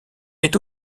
est